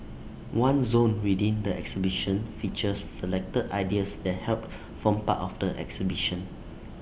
one zone within the exhibition features selected ideas that helped form part of the exhibition